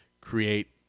create